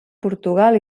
portugal